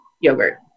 yogurt